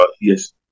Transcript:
yes